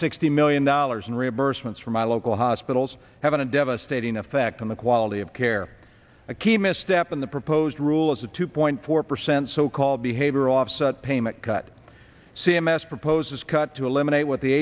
sixty million dollars in reimbursements for my local hospitals have a devastating effect on the quality of care a key misstep in the proposed rule is a two point four percent so called behavior offset payment cut c m s proposes cut to eliminate what the